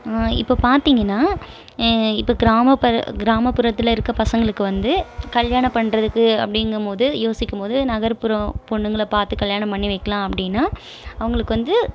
இப்போ பார்த்திங்கன்னா இப்போ கிராம கிராமபுரத்தில் இருக்க பசங்களுக்கு வந்து கல்யாணம் பண்ணுறதுக்கு அப்படிங்கும் போது யோசிக்கும் போது நகர்ப்புற பொண்ணுங்களை பார்த்து கல்யாணம் பண்ணி வைக்கலாம் அப்படினா அவங்களுக்கு வந்து